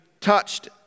touched